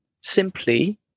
simply